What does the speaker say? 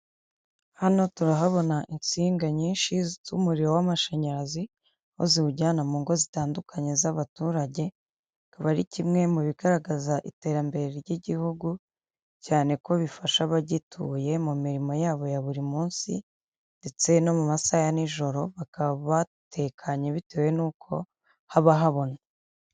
Hano turahabona insinga nyinshi z'umuriro w'amashanyarazi aho ziwujyana mu ngo zitandukanye z'abaturage. Akaba ari kimwe mu bigaragaza iterambere ry'igihugu cyane ko bifasha abagituye mu mirimo yabo ya buri munsi ndetse no mu masaha ya nijoro bakaba batekanye bitewe n'uko haba habona.